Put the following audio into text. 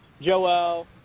Joel